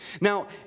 Now